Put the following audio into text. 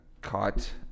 caught